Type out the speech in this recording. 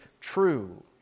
true